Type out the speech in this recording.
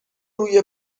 روی